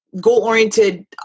goal-oriented